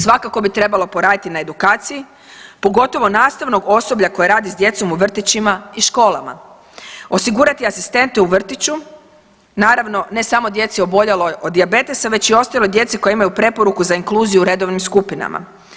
Svakako bi trebalo poraditi na edukaciji pogotovo nastavnog osoblja koje radi sa djecom u vrtićima i školama, osigurati asistente u vrtiću, naravno ne samo djeci oboljeloj od dijabetesa već i ostaloj djeci koja imaju preporuku za inkluziju u redovnim skupinama.